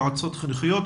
יועצות חינוכיות,